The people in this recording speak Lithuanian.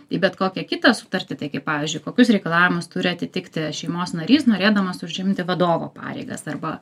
į bet kokią kitą sutartį tai kaip pavyzdžiui kokius reikalavimus turi atitikti šeimos narys norėdamas užimti vadovo pareigas arba